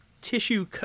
tissue